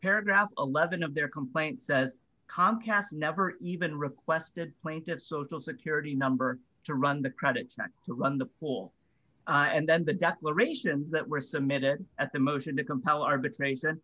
paragraph eleven of their complaint says comcast never even requested point of social security number to run the credits not to run the pool and then the declarations that were submitted at the motion to compel arbitration